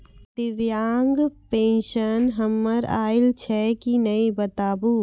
दिव्यांग पेंशन हमर आयल छै कि नैय बताबू?